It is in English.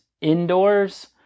indoors